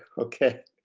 okay.